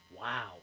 Wow